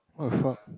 what the fuck